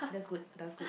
that's good does good